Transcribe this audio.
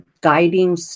guiding